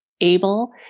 able